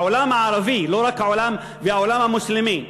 העולם הערבי והעולם המוסלמי,